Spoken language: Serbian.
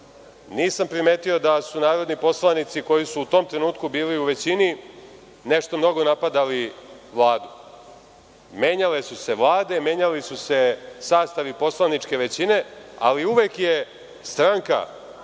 nisam primetio da su narodni poslanici koji su u tom trenutku bili u većini nešto mnogo napadali Vladu. Menjale su se vlade, menjali su se sastavi poslaničke većine, ali uvek je stranka